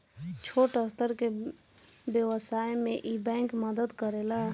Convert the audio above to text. छोट स्तर के व्यवसाय में इ बैंक मदद करेला